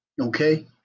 okay